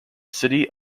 city